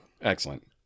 Excellent